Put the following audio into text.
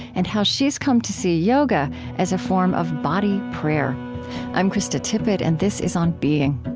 and how she's come to see yoga as a form of body prayer i'm krista tippett, and this is on being